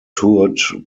toured